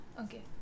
Okay